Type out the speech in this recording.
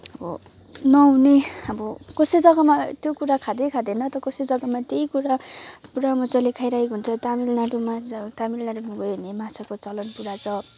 अब नहुने अब कसै जग्गामा त्यो कुरा खाँदै खाँदैन त कसै जग्गामा त्यही कुरा पुरा मज्जाले खाइरहेको हुन्छ तामिलनाडूमा तामिलनाडूमा गयो भने माछाको चलन पूरा छ